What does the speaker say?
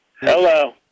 Hello